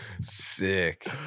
Sick